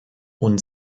und